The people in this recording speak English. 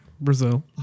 Brazil